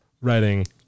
writing